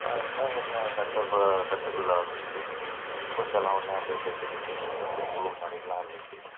பார்த்தா கொஞ்சம் கட்டுக்குள்ள கட்டுக்குள்ள வந்துச்சு பூச்செல்லாம் உடனே அப்படியே செத்து செத்து விழுந்துச்சி புழு மாதிரிலாம் இருந்துச்சு